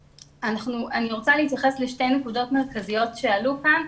אני רוצה להתייחס לשתי נקודות מרכזיות שעלו כאן.